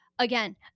Again